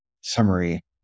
summary